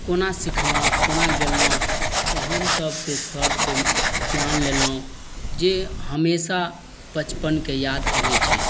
कोना सिखलहुँ कोना गेलहुँ तऽ हमसभ तऽ सरसँ ज्ञान लेलहुँ जे हमेशा बचपनके याद अबय छै